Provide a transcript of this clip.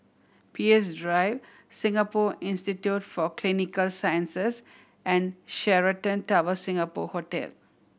Peirce Drive Singapore Institute for Clinical Sciences and Sheraton Towers Singapore Hotel